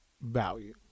value